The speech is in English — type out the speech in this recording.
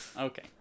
Okay